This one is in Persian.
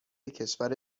کشور